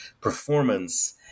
performance